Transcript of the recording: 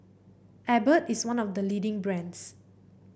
Abbott is one of the leading brands